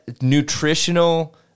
nutritional